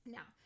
Now